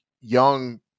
young